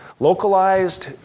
Localized